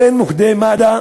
אין מוקדי מד"א